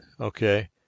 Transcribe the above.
okay